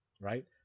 right